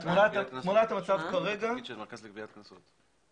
זה התפקיד של המרכז לגביית קנסות.